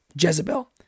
Jezebel